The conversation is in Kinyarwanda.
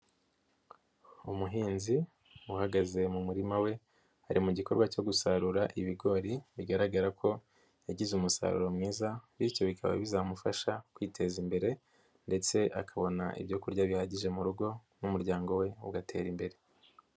Umuhinzi uhagaze mu murima we, ari mu gikorwa cyo gusarura ibigori, bigaragara ko yagize umusaruro mwiza, bityo bikaba bizamufasha kwiteza imbere ndetse akabona ibyo kurya bihagije mu rugo n'umuryango we ugatera imbere.